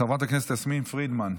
חברת הכנסת יסמין פרידמן,